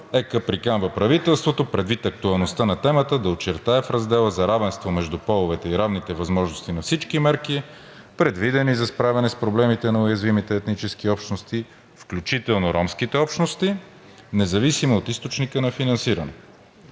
ЕК приканва правителството – предвид актуалността на темата, да очертае в раздела за равенство между половете и равните възможности на всички мерки, предвидени за справяне с проблемите на уязвимите етнически общности, включително ромските общности, независимо от източника на финансиране.